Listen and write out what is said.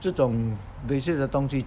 这种 basic 的东西